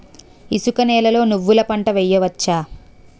ఇసుక నేలలో నువ్వుల పంట వేయవచ్చా?